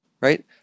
Right